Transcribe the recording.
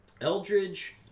Eldridge